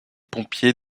pompiers